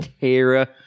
Tara